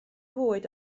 fwyd